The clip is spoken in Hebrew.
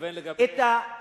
אתה מתכוון לגבי המואזין.